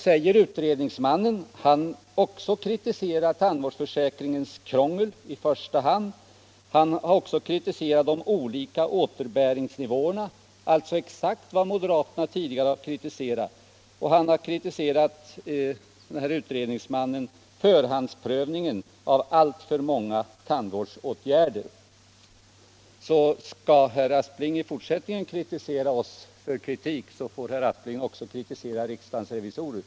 Också utredningsmannen har där kritiserat tandvårdsförsäkringens krångel i första hand, han har kritiserat de olika återbäringsnivåerna — alltså exakt vad vi moderater tidigare kritiserat — och han har kritiserat förhandsprövningen av alltför många tandvårdsåtgärder. Om herr Aspling skall kritisera oss i fortsättningen för kritik så får herr Aspling också kritisera riksdagens revisorer.